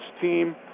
team